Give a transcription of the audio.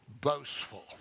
boastful